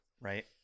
right